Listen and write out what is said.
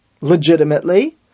legitimately